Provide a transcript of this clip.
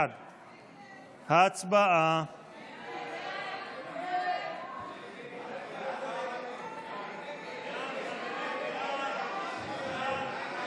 1. הצבעה.